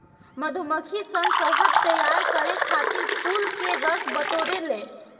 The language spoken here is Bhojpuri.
मधुमक्खी सन शहद तैयार करे खातिर फूल के रस बटोरे ले